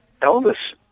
Elvis